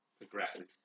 aggressive